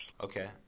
Okay